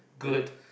good